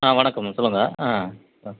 ஆ வணக்கம் சொல்லுங்கள் ஆ ஆ